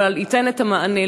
ייתן את המענה.